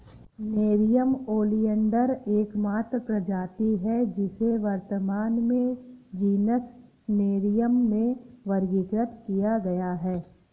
nerium oleander एकमात्र प्रजाति है जिसे वर्तमान में जीनस नेरियम में वर्गीकृत किया गया है